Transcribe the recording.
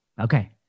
Okay